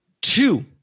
Two